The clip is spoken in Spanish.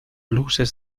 luces